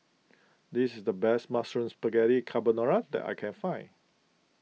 this is the best Mushroom Spaghetti Carbonara that I can find